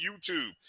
YouTube